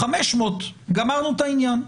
ב-500 גמרנו את העניין.